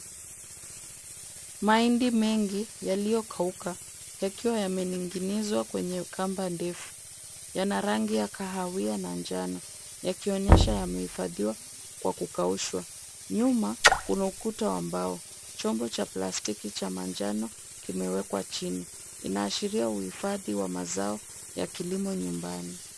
Mahindi mengi yaliyokauka yakiwa yamening'inizwa kwenye kamba ndefu. Yana rangi ya kahawia na njano yakionyesha yamehifadhiwa kwa kukaushwa. Nyuma kuna ukuta ambao. Chombo cha plastiki cha manjano kimewekwa chini. Inaashiria uhifadhi wa mazao ya kilimo nyumbani.